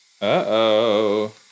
Uh-oh